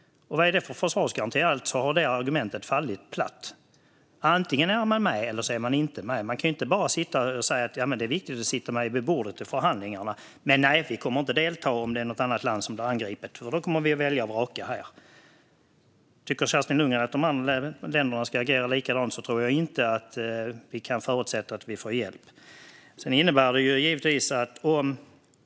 Vad är det för försvarsgaranti? Alltså har det argumentet fallit platt. Antingen är man med eller inte. Man kan inte bara säga att det är viktigt att sitta med vid bordet under förhandlingarna, men nej, vi kommer inte att delta om det är något annat land som blir angripet, för då kommer vi att välja och vraka. Tycker Kerstin Lundgren att de andra länderna ska agera likadant tror jag inte att vi kan förutsätta att vi får hjälp.